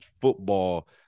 football